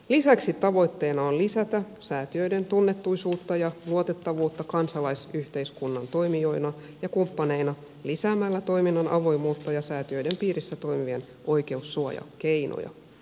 lisäksi tavoitteena on lisätä säätiöiden tunnettuisuutta ja luotettavuutta kansalaisyhteiskunnan toimijoina ja kumppaneina lisäämällä toiminnan avoimuutta ja säätiöiden piirissä toimivien oikeussuojakeinoja